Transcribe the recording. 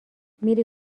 میری